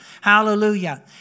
Hallelujah